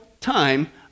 time